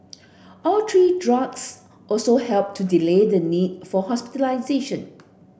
all three drugs also helped to delay the need for hospitalisation